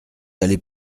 allez